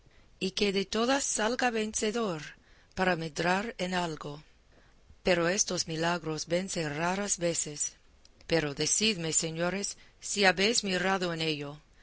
y que de todas salga vencedor para medrar en algo pero estos milagros vense raras veces pero decidme señores si habéis mirado en ello